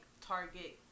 Target